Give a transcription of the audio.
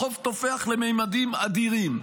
החוב תופח לממדים אדירים.